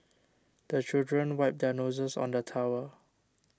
the children wipe their noses on the towel